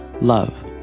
Love